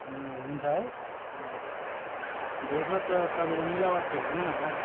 ए हुन्छ है भेजमा त तपाईँको मिलावट त हुँदैन होला नि